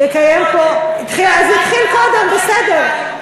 לקיים פה, התחיל, אז התחיל קודם, בסדר.